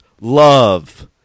Love